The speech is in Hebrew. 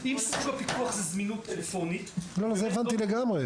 אם סוג הפיקוח הוא זמינות טלפונית -- זה הבנתי לגמרי.